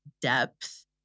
depth